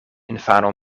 infano